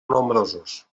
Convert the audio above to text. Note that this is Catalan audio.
nombrosos